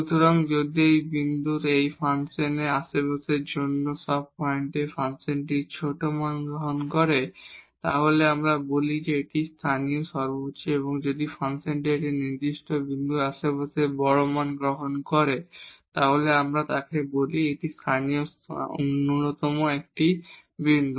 সুতরাং যদি এই বিন্দুর এই ফাংশনের আশেপাশের অন্য সব পয়েন্টে ফাংশনটি ছোট মান গ্রহণ করে তাহলে আমরা বলি এটি একটি লোকাল ম্যাক্সিমা এবং যদি ফাংশনটি একটি নির্দিষ্ট বিন্দুর আশেপাশে বড় মান গ্রহণ করে তাহলে আমরা তাকে বলি এটি লোকাল মিনিমাএকটি বিন্দু